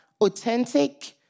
authentic